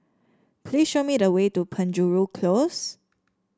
please show me the way to Penjuru Close